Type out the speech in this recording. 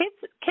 kids